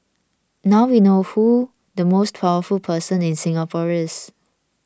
now we know who the most powerful person in Singapore is